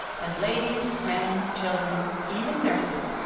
and ladies, men, children, even nurses,